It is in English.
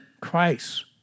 Christ